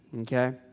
okay